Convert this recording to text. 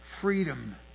freedom